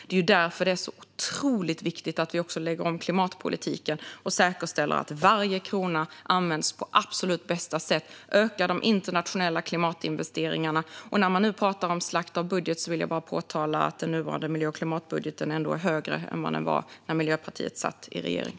Det är därför det är så otroligt viktigt att vi också lägger om klimatpolitiken och säkerställer att varje krona används på absolut bästa sätt samt ökar de internationella klimatinvesteringarna. När man nu pratar om slakt av budget vill jag bara påpeka att den nuvarande miljö och klimatbudgeten ändå är högre än den var när Miljöpartiet satt i regering.